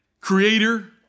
creator